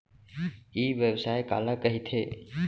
ई व्यवसाय काला कहिथे?